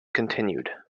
continued